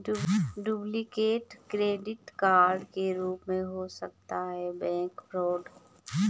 duplicate credit card के रूप में हो सकता है बैंक फ्रॉड